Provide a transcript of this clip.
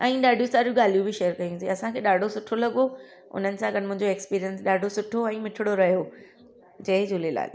ऐं ॾाढी सारियूं ॻाल्हियूं बि शेयर कयूंसीं असांखे ॾाढो सुठो लॻियो हुननि सां गॾु मुंहिंजे एक्सपीरियंस ॾाढो सुठो ऐं मिठिड़ो रहियो जय झूलेलाल